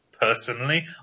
personally